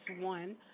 one